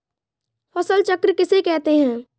फसल चक्र किसे कहते हैं?